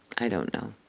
i don't know